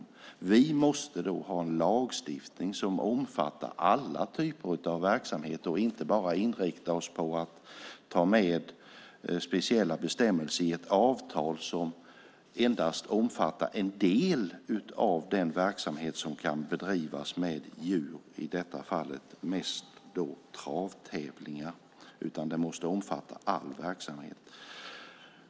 Vi måste ha en lagstiftning som omfattar alla typer av verksamheter och inte bara inrikta oss på att ta med speciella bestämmelser i ett avtal som endast omfattar en del av den verksamhet som kan bedrivas med djur, i detta fall mest travtävlingar. Den måste omfatta all verksamhet.